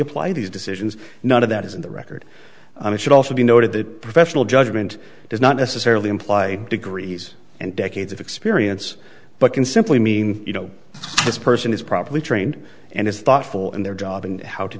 apply these decisions none of that is in the rec and it should also be noted that professional judgment does not necessarily imply degrees and decades of experience but can simply mean you know this person is properly trained and is thoughtful in their job and how to